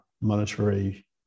monetary